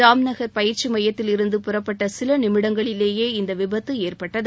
ஜாம்நகர் பயிற்சி மையத்தில் இருந்து புறப்பட்ட சில நிமிடங்களிலேயே இந்த விபத்து ஏற்பட்டது